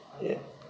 ए